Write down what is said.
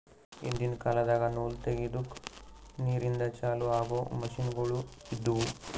ಹಿಂದಿನ್ ಕಾಲದಾಗ ನೂಲ್ ತೆಗೆದುಕ್ ನೀರಿಂದ ಚಾಲು ಆಗೊ ಮಷಿನ್ಗೋಳು ಇದ್ದುವು